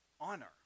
honor